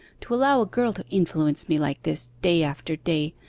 to allow a girl to influence me like this, day after day,